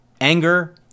anger